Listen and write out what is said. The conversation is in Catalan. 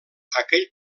aquell